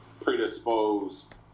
predisposed